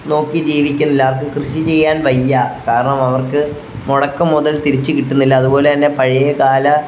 നോക്കി ജീവിക്കുന്നില്ല അവർക്ക് കൃഷി ചെയ്യാൻ വയ്യ കാരണം അവർക്ക് മുടക്കിയ മുതൽ തിരിച്ച് കിട്ടുന്നില്ല അതുപോലെ തന്നെ പഴയ കാല